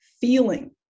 feeling